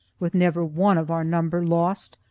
with never one of our number lost,